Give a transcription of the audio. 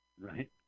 Right